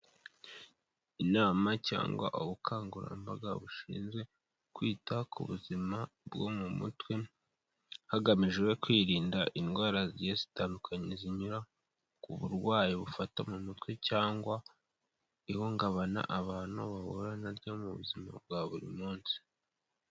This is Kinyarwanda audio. Inama cyangwa ubukangurambaga bushinzwe kwita ku buzima bwo mu mutwe, hagamijwe kwirinda indwara zigiye zitandukanye zinyura ku burwayi bufata mu mutwe cyangwa ihungabana abantu bahura na ryo mu buzima bwa buri munsi.